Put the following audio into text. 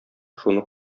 шуны